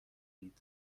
اید